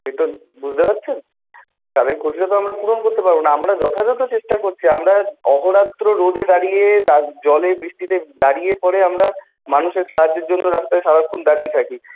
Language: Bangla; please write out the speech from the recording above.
এইটা বুঝতে পারছেন তাদের ক্ষতিটা তো আমরা পুরণ করতে পারবো না আমরা যথাযথ চেষ্টা করছি আমরা অহরাত্র রোদে দাঁড়িয়ে জলে বৃষ্টিতে দাঁড়িয়ে পরে আমরা মানুষের সাহায্যের জন্য রাস্তায় সারাক্ষণ দাঁড়িয়ে থাকি